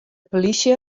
polysje